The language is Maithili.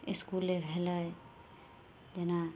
इसकुले भेलै जेना